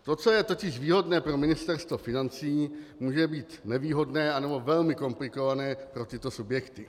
To, co je totiž výhodné pro Ministerstvo financí, může být nevýhodné anebo velmi komplikované pro tyto subjekty.